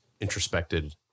introspected